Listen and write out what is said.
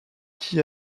qui